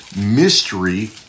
mystery